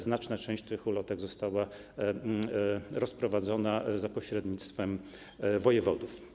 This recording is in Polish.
Znaczna część tych ulotek została rozprowadzona za pośrednictwem wojewodów.